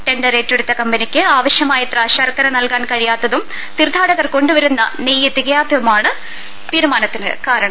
tendon ഏറ്റെടുത്ത ക്ഷമ്പനിക്ക് ആവ ശൃമായത്ര ശർക്കര നൽകാൻ കഴിയാത്തും തീർത്ഥാടകർ കൊണ്ടുവരുന്ന നെയ്യ് തികയാത്തതുമാണ് തീരുമാനത്തിന് കാര ണം